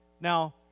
Now